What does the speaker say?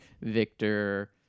Victor